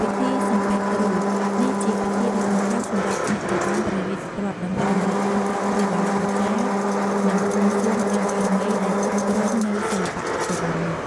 ពិធីសំពះគ្រូ នេះជាពិធីដ៏សំខាន់សម្រាប់អ្នករបាំព្រះរាជទ្រព្យ ដើម្បីរំលឹកគុណដល់គ្រូបាអាចារ្យ និងបួងសួងដល់បារមីដែលឃុំគ្រងនូវសិល្បៈរបាំនេះ។